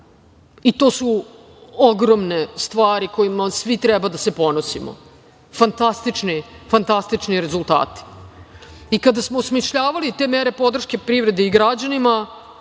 To su ogromne stvari sa kojima svi treba da se ponosimo. Fantastični rezultati. Kada smo osmišljavali te mere podrške privrede i građanima,